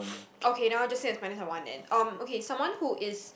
okay now just say at my name at one and um okay someone who is